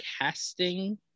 casting